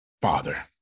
father